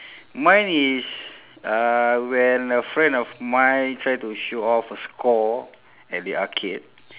mine is uh when a friend of mine try to show off a score at the arcade